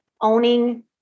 owning